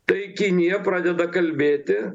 taikinyje pradeda kalbėti